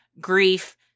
grief